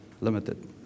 limited